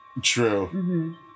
True